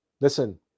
Listen